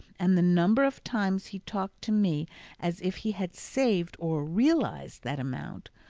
and the number of times he talked to me as if he had saved or realized that amount,